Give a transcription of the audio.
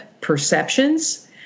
perceptions